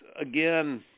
again